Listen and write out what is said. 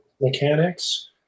mechanics